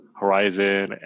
horizon